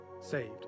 saved